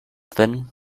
then